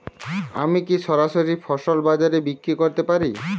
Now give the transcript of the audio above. আমি কি সরাসরি ফসল বাজারে বিক্রি করতে পারি?